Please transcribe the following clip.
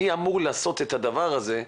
מי אמור לעשות את הדבר הזה,